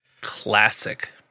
Classic